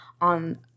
on